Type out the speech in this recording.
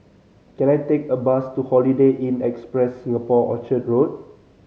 can I take a bus to Holiday Inn Express Singapore Orchard Road